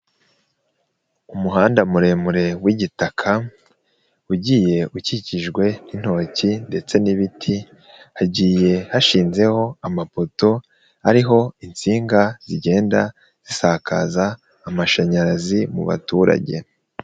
Umuhanda muremure w'igitaka, ugiye ukikijwe n'intoki ndetse n'ibiti, hagiye hashinzeho amapoto, ariho insinga zigenda zisakaza amashanyarazi mu baturage.